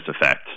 effect